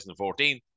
2014